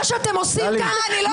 זה מה שאתם עושים כאן.